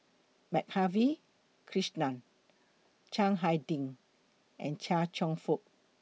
Madhavi Krishnan Chiang Hai Ding and Chia Cheong Fook